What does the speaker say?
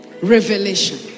Revelation